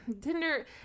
Tinder